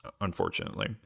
unfortunately